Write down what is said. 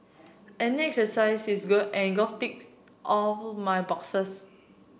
any exercise is good and golf ticks all my boxes